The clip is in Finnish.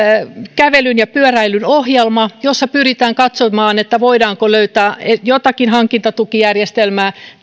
kävelyn ja pyöräilyn ohjelma jossa pyritään katsomaan voidaanko löytää tähän kokonaisuuteen jotakin hankintatukijärjestelmää